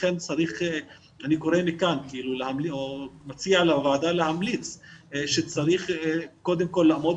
לכן אני קורא מכאן או מציע לוועדה להמליץ שצריך קודם כל לאמוד